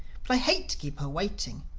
but i hate to keep her waiting.